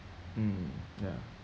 mm ya